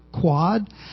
quad